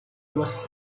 was